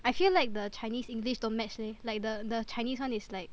I feel like the Chinese English don't match leh like the the Chinese [one] is like